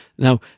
Now